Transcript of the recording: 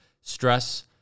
stress